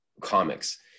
comics